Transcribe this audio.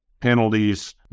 penalties